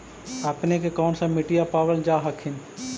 अपने के कौन सा मिट्टीया पाबल जा हखिन?